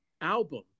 album